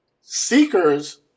Seekers